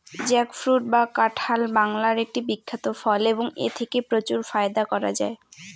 jackfruit বা কাঁঠাল বাংলার একটি বিখ্যাত ফল এবং এথেকে প্রচুর ফায়দা করা য়ায়